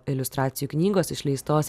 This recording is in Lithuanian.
iliustracijų knygos išleistos